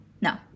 no